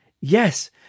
yes